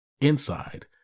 inside